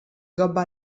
gobba